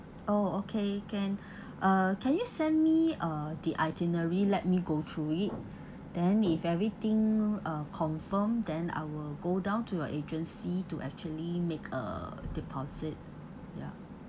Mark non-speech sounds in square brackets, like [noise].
oh okay can [breath] uh can you send me uh the itinerary let me go through it [noise] then if everything uh confirmed then I will go down to your agency to actually make a deposit ya